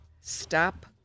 stop